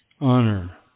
honor